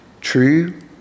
true